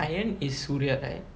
iron is suria right